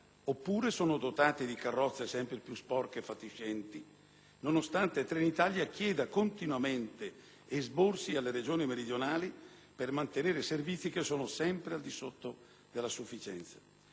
oppure sono dotati di carrozze sempre più sporche e fatiscenti, nonostante Trenìtalia chieda continuamente esborsi alle Regioni meridionali per mantenere servizi che sono sempre al di sotto della sufficienza.